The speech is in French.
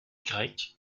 grecques